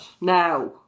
now